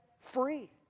free